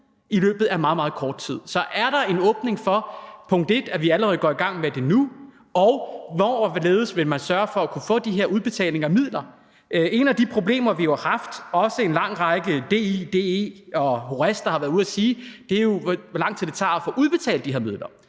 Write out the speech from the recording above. i løbet af meget, meget kort tid. Så er der en åbning for, at vi allerede går i gang med det nu? Og hvordan og hvorledes vil man sørge for, at de kan få de her udbetalinger af midler? Et af de problemer, vi har haft, og som også en lang række organisationer som DI, DE og HORESTA har været ude at sige, er jo, hvor lang tid det tager at få udbetalt de her midler.